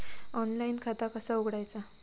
Online खाता कसा उघडायचा?